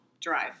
Drive